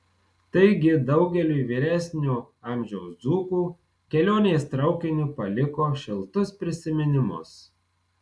taigi daugeliui vyresnio amžiaus dzūkų kelionės traukiniu paliko šiltus prisiminimus